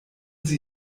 sie